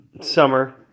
summer